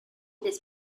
these